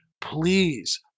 please